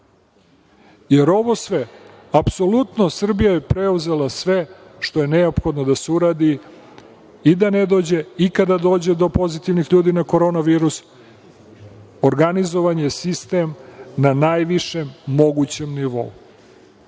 jer ovo sve, apsolutno Srbija je preuzela sve što je neophodno da se uradi i da ne dođe i kada dođe do pozitivnih ljudi na korona virus, organizovan je sistem na najvišem mogućem nivou